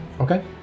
Okay